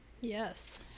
yes